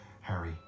Harry